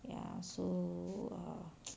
ya so err